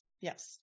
yes